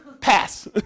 Pass